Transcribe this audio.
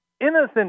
innocent